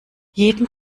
jeden